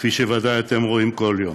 כפי שאתם בוודאי רואים כל יום,